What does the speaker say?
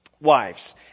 Wives